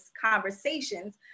conversations